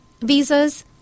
visas